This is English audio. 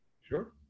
Sure